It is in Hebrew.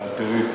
תאלתרי.